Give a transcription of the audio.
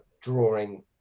drawing